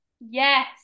yes